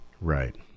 Right